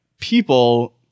people